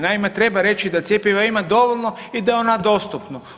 Naime, treba reći da cjepiva ima dovoljno i da je ono dostupno.